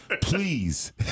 please